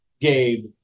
Gabe